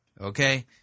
okay